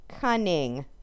cunning